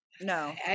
No